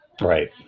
Right